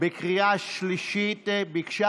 בקריאה שלישית ביקשה